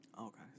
Okay